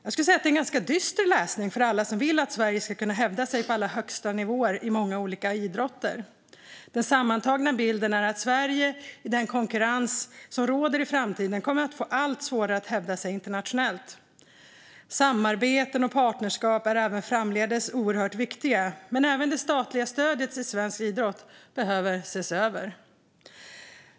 Jag skulle säga att det är en ganska dyster läsning för alla som vill att Sverige ska kunna hävda sig på alla högsta nivåer i många olika idrotter. Den sammantagna bilden är att Sverige i den konkurrens som råder i framtiden kommer att få allt svårare att hävda sig internationellt. Samarbeten och partnerskap är även framdeles oerhört viktiga, men även det statliga stödet till svensk idrott behöver ses över.